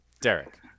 Derek